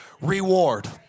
reward